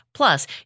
plus